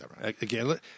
again